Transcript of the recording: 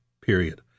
period